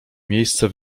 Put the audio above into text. miejsce